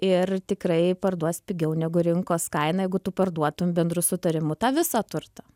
ir tikrai parduos pigiau negu rinkos kaina jeigu tu parduotum bendru sutarimu tą visą turtą